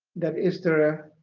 that is there ah